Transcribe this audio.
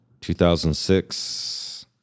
2006